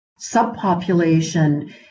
subpopulation